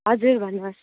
हजुर भन्नुहोस्